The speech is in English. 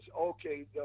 Okay